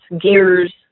gears